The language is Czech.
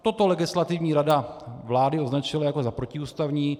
Toto Legislativní rada vlády označila jako protiústavní.